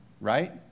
right